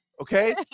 okay